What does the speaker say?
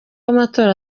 amatora